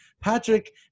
Patrick